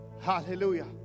Hallelujah